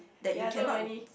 ya so many